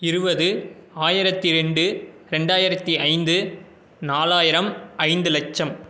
இருபது ஆயிரத்தி ரெண்டு ரெண்டாயிரத்தி ஐந்து நாலாயிரம் ஐந்து லட்சம்